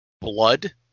blood